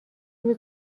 روز